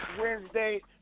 Wednesday